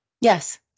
Yes